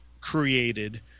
created